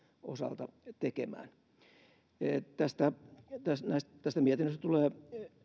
osalta tekemään tästä mietinnöstä tulee